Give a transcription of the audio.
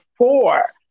four